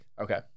Okay